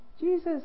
Jesus